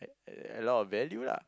a~ a lot of value lah